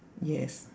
yes